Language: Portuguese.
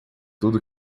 tudo